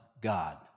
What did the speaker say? God